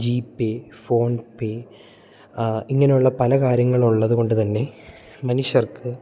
G pay PhonePe ഇങ്ങനെയുള്ള പല കാര്യങ്ങൾ ഉള്ളത് കൊണ്ട് തന്നെ മനുഷ്യർക്ക്